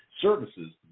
services